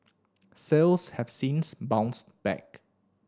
sales have since bounced back